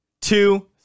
two